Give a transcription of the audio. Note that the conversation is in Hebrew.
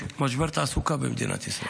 יש משבר תעסוקה במדינת ישראל.